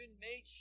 made